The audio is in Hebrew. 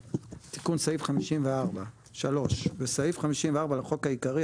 תיקון סעיף 54. תיקון סעיף 54 3. בסעיף 54 לחוק העיקרי,